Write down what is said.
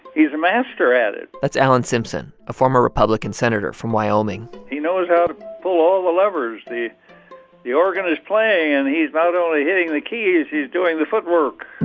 he's a master at it that's alan simpson, a former republican senator from wyoming he knows how to pull all the levers. the the organ is playing. and he's not only hitting the keys, he's doing the footwork